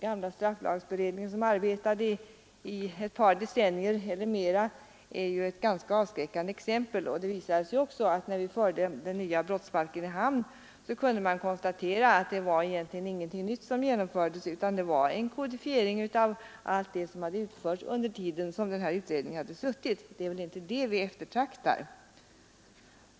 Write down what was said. Gamla strafflagberedningen, som arbetade i ett par decennier eller mera, är ett avskräckande exempel. När vi förde den nya brottsbalken i hamn kunde man också konstatera att det egentligen inte var någonting nytt som genomfördes utan att det var en kodifiering av allt det som utförts under tiden som utredningen arbetat. Det är väl inte det vi eftertraktar.